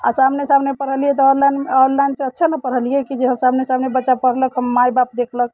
आओर सामने सामने पढ़लिए तऽ ऑनलाइन ऑनलाइनसँ अच्छे ने पढ़लिए कि जे हइ सामने सामने बच्चा पढ़लक हम माइ बाप देखलक